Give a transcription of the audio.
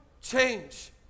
change